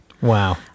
Wow